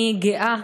אני גאה